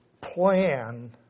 plan